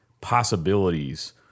possibilities